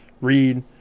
read